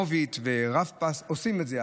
Moovit ורב-פס עושות את זה,